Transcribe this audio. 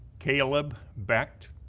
caleb becht,